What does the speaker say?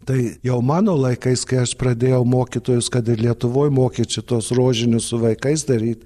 tai jau mano laikais kai aš pradėjau mokytojus kad ir lietuvoj mokyt šituos rožinius su vaikais daryt